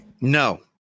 No